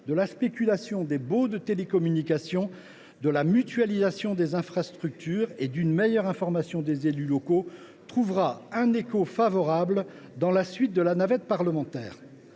de la spéculation en matière de baux de télécommunications, pour la mutualisation des infrastructures et pour une meilleure information des élus locaux trouvera un écho favorable dans la suite de la navette parlementaire.